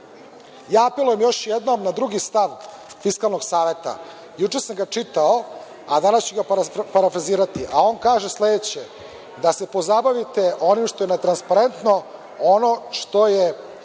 apelujem još jednom na drugi stav Fiskalnog saveta. Juče sam ga čitao, a danas ću ga parafrazirati, a on kaže sledeće – da se pozabavite onim što je transparentno, onim što je